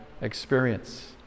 experience